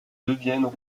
deviennent